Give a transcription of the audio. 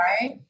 Right